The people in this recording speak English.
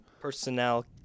personnel